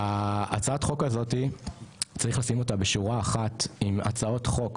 ההצעת החוק הזאת צריך לשים אותה בשורה אחת עם הצעות חוק,